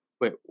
wait